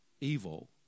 evil